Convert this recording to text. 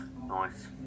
Nice